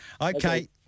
Okay